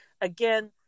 again